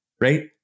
right